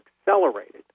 accelerated